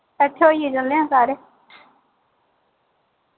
कट्ठे होइयै चलने आं सारे